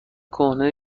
کهنه